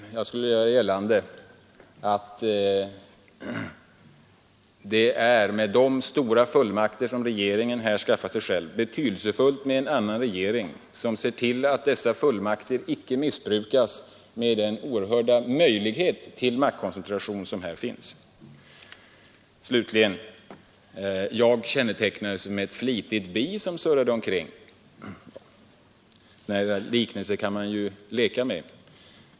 Jag skulle vilja göra gällande att det med de stora fullmakter som regeringen här skaffar sig vore betydelsefullt med en annan regering, som fick se till att dessa fullmakter icke missbrukades med den oerhörda möjlighet till maktkoncentration som här finns. Jag vill slutligen ge en kommentar till att jag kännetecknades som ett flitigt bi som surrade omkring. Sådana liknelser kan man ju leka med.